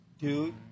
Dude